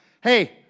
hey